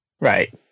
Right